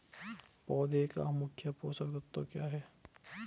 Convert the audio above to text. पौधें का मुख्य पोषक तत्व क्या है?